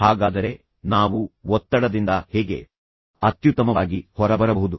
ಹಾಗಾದರೆ ನಾವು ಒತ್ತಡದಿಂದ ಹೇಗೆ ಅತ್ಯುತ್ತಮವಾಗಿ ಹೊರಬರಬಹುದು